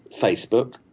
facebook